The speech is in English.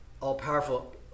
all-powerful